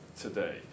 today